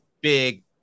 big